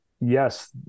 yes